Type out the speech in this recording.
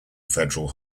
federal